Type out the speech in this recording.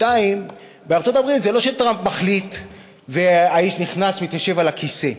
2. בארצות-הברית זה לא שטראמפ מחליט והאיש נכנס ומתיישב על הכיסא.